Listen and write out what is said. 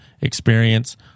experience